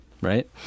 Right